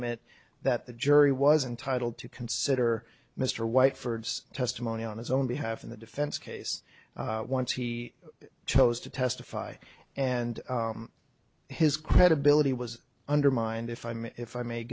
it that the jury was entitle to consider mr white for testimony on his own behalf in the defense case once he chose to testify and his credibility was undermined if i'm if i may